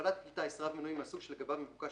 - הפעלת כלי טיס רב מנועי מהסוג שלגביו מבוקש